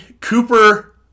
Cooper